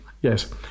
yes